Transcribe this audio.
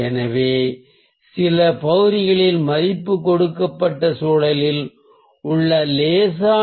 எனவே சில பகுதிகளின் மதிப்பு கொடுக்கப்பட்ட சூழலில் ஒப்பீட்டு ஒளி அல்லது இருளைக் கொண்டுள்ளது